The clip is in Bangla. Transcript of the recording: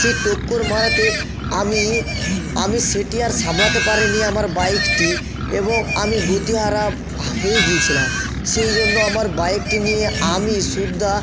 সে ঠোক্কর মারাতে আমি আমি সেটি আর সামলাতে পারিনি আমার বাইকটি এবং আমি গতিহারা হয়ে গিয়েছিলাম সেই জন্য আমার বাইকটি নিয়ে আমি সুদ্ধ